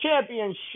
championship